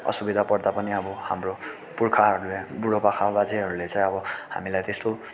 असुविधा पर्दा पनि अब हाम्रो पुर्खाहरूले बुढा पाका बाजेहरूले चाहिँ आबो हामीलाई त्यस्तो